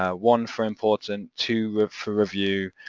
ah one for important, two for review,